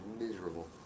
miserable